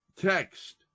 text